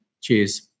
Cheers